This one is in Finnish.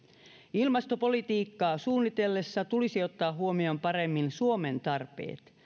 ilmastopolitiikkaa suunnitellessa tulisi ottaa huomioon paremmin suomen tarpeet